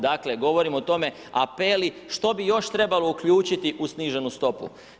Dakle govorim o tome apeli što bi još trebalo uključiti u sniženu stopu.